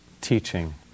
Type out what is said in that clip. teaching